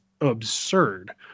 absurd